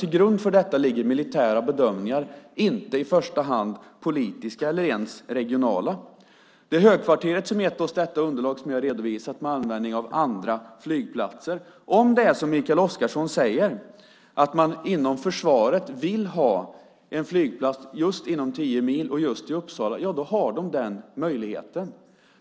Till grund för detta ligger militära bedömningar, inte i första hand politiska eller ens regionala. Det är Högkvarteret som har gett oss detta underlag som jag har redovisat med anledning av andra flygplatser. Om det är som Mikael Oscarsson säger, att man inom försvaret vill ha en flygplats just inom tio mil och just i Uppsala, ja, då har de den möjligheten.